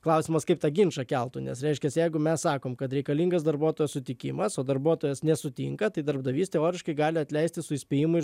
klausimas kaip tą ginčą keltų nes reiškias jeigu mes sakom kad reikalingas darbuotojo sutikimas o darbuotojas nesutinka tai darbdavys teoriškai gali atleisti su įspėjimu ir